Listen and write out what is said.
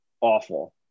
awful